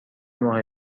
ماه